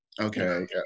okay